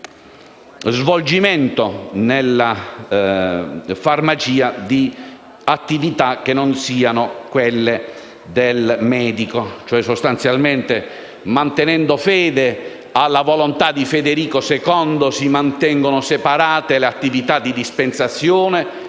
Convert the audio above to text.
svolgimento nella farmacia di attività che non siano quelle del medico,